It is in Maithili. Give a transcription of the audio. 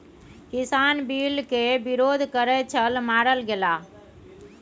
किसान बिल केर विरोध करैत छल मारल गेलाह